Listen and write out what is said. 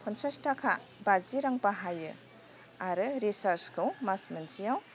फनसास थाखा बाजि रां बाहायो आरो रिसार्सखौ मास मोनसेयाव